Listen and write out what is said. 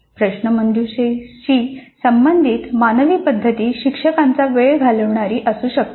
प्रश्नमंजुषेशी संबंधित मानवी पद्धती शिक्षकांचा वेळ घालणारी असू शकते